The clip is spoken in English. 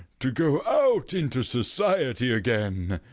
to go out into society again.